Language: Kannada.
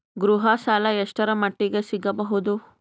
ಗೃಹ ಸಾಲ ಎಷ್ಟರ ಮಟ್ಟಿಗ ಸಿಗಬಹುದು?